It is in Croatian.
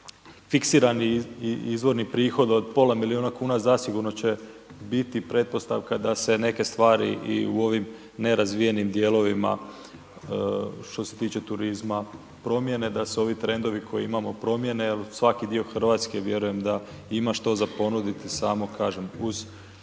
fiksirani izvorni prihod od pola milijuna kuna zasigurno će biti pretpostavka da se neke stvari i u ovim nerazvijenim dijelovima što se tiče turizma promijene, da se ovi trendovi koje imamo promijene. Jer svaki dio Hrvatske vjerujem ima što za ponuditi. Samo kažem